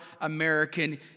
American